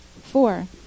four